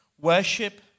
Worship